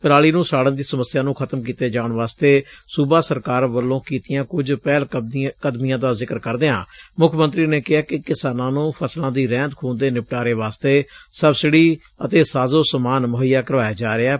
ਪਰਾਲੀ ਨੁੰ ਸਾਤਣ ਦੀ ਸਮੱਸਿਆ ਨੁੰ ਖਤਮ ਕੀਤੇ ਜਾਣ ਵਾਸਤੇ ਸੁਬਾ ਸਰਕਾਰ ਵੱਲੋ ਕੀਤੀਆਂ ਕੁੱਝ ਪਹਿਲਕਦਮਿਆਂ ਦਾ ਜ਼ਿਕਰ ਕਰਦਿਆਂ ਮੁੱਖ ਮੰਤਰੀ ਨੇ ਕਿਹਾ ਕਿ ਕਿਸਾਨਾਂ ਨੂੰ ਫਸਲਾਂ ਦੀ ਰਹਿੰਦ ਖੁਹੰਦ ਦੇ ਨਿਪਟਾਰੇ ਵਾਸਤੇ ਸਬਸਿਡੀ ਅਤੇ ਸਾਜੋ ਸਮਾਨ ਮੁਹੱਈਆ ਕਰਾਇਆ ਜਾ ਰਿਹੈ